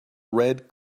red